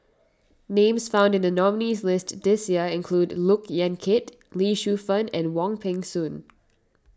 names found in the nominees' list this year include Look Yan Kit Lee Shu Fen and Wong Peng Soon